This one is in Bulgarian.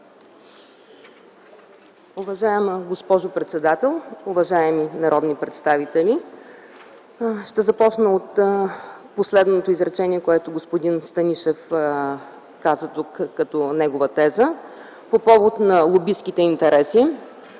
Уважаема госпожо председател, уважаеми народни представители! Ще започна от последното изречение, което господин Станишев каза тук като негова теза по повод на лобистките интереси.